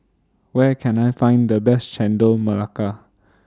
Where Can I Find The Best Chendol Melaka